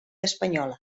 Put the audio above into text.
espanyola